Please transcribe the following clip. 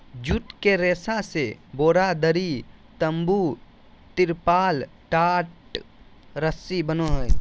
जुट के रेशा से बोरा, दरी, तम्बू, तिरपाल, टाट, रस्सी बनो हइ